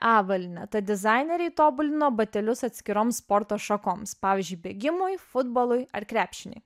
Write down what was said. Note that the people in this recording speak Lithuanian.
avalyne tad dizaineriai tobulino batelius atskiroms sporto šakoms pavyzdžiui bėgimui futbolui ar krepšiniui